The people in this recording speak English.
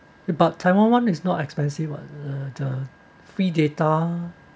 about taiwan one is not expensive on the the free data